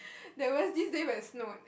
there was this day where it snowed